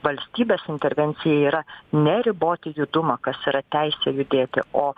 valstybės intervencija yra neriboti judumą kas yra teisė judėti o